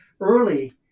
early